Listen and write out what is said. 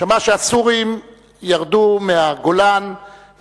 שמע שהסורים ירדו מהגולן,